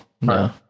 No